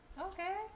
Okay